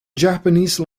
japanese